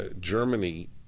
Germany